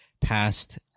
past